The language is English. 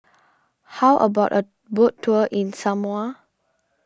how about a boat tour in Samoa